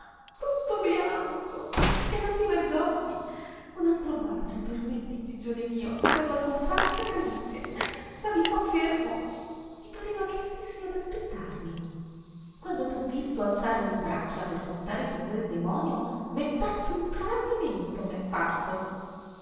tutto bianco e non ti vergogni un altro bacio permetti gigione mio per la tua santa canizie stavi qua fermo mi pareva che stessi ad aspettarmi quando t'ho visto alzar le braccia per montare su quel demonio m'è parso un tradimento